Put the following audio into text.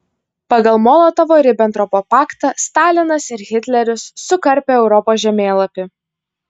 pagal molotovo ribentropo paktą stalinas ir hitleris sukarpė europos žemėlapį